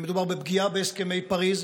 מדובר בפגיעה בהסכמי פריז.